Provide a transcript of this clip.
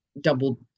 double